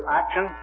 action